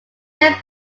saint